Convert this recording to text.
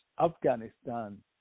afghanistan